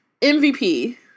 MVP